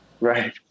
Right